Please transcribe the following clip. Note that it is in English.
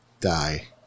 die